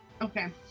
Okay